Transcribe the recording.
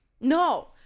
no